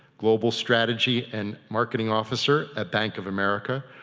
global strategy and marketing officer at bank of america,